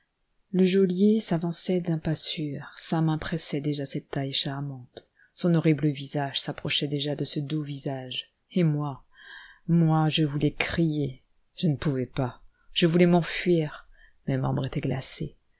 le geôlier s'avançait d'un pas sûr sa main pressait déjà cette taille charmante son horrible visage s'approchait déjà de ce doux visage et moi moi je voulais crier je ne pouvais pas je voulais m'enfuir mes membres étaient glacés